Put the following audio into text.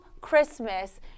Christmas